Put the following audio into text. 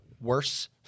worse